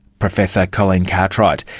professor colleen cartwright.